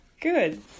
Good